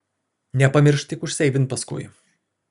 nepamiršk tik užseivint paskui